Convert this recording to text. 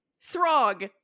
Throg